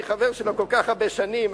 אני חבר שלו כל כך הרבה שנים,